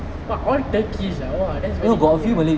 !wah! all turkish ah !wah! that's very cool eh